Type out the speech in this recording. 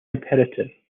imperative